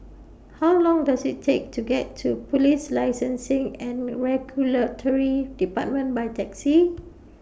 How Long Does IT Take to get to Police Licensing and Regulatory department By Taxi